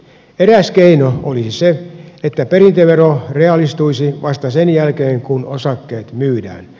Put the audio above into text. eräs keino olisi se että perintövero reaalistuisi vasta sen jälkeen kun osakkeet myydään